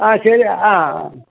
ആ ശരിയാണ് ആ